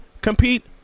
compete